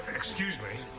excuse me,